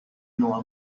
know